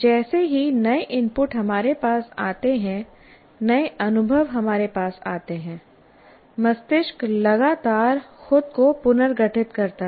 जैसे ही नए इनपुट हमारे पास आते हैं नए अनुभव हमारे पास आते हैं मस्तिष्क लगातार खुद को पुनर्गठित करता है